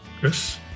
Chris